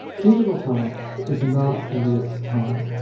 digital time is not lived time,